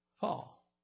fall